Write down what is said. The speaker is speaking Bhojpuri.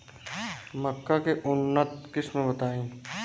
मक्का के उन्नत किस्म बताई?